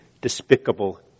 despicable